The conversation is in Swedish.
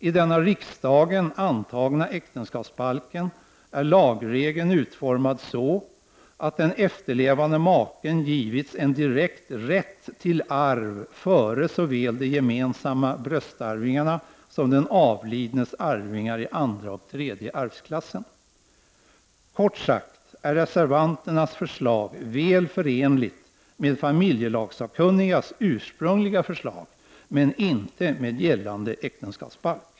I den av riksdagen antagna äktenskapsbalken är lagregeln utformad så att den efterlevande maken givits en direkt rätt till arv före såväl de gemensamma bröstarvingarna som den avlidnes arvingar i andra och tredje arvsklassen. Kort sagt är reservanternas förslag väl förenligt med familjelagssakkunnigas ursprungliga förslag, men inte med gällande äktenskapsbalk.